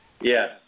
Yes